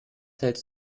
hältst